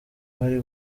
bari